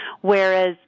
Whereas